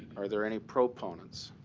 are there any proponents?